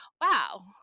wow